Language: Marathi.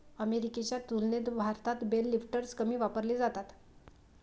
अमेरिकेच्या तुलनेत भारतात बेल लिफ्टर्स कमी वापरले जातात